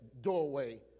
doorway